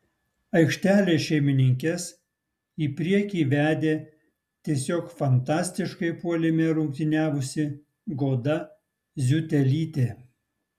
aikštelės šeimininkes į priekį vedė tiesiog fantastiškai puolime rungtyniavusi goda ziutelytė